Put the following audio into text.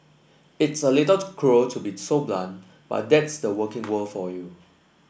it's a little cruel to be so blunt but that's the working world for you